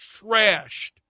trashed